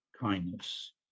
kindness